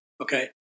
okay